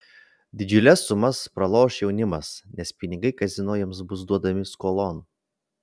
didžiules sumas praloš jaunimas nes pinigai kazino jiems bus duodami skolon